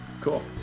Cool